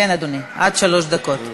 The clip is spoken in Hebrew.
כן, אדוני, עד שלוש דקות.